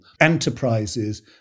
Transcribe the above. enterprises